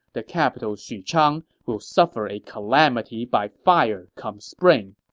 the capital xuchang will suffer a calamity by fire come spring.